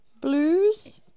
Blues